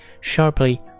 sharply